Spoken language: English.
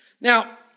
Now